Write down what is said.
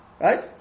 Right